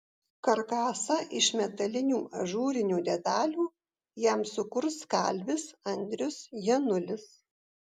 karkasą iš metalinių ažūrinių detalių jam sukurs kalvis andrius janulis